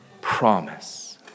promise